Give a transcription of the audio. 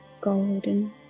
golden